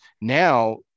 now